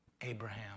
Abraham